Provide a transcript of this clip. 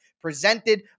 presented